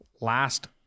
Last